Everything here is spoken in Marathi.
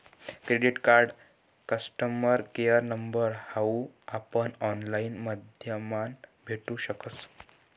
credit card customer care number हाऊ आपण ऑनलाईन माध्यमापण भेटू शकस